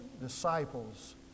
disciples